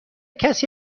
کسی